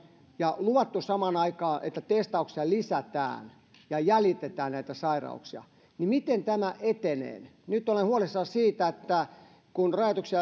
ja on luvattu samaan aikaan että testauksia lisätään ja jäljitetään näitä sairauksia miten tämä etenee nyt olen huolissani siitä että kun rajoituksia